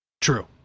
True